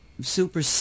super